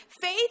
faith